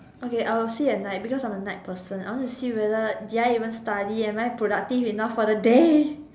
okay I'll see at night because I'm a night person I want to see whether did I even study am I productive enough for the day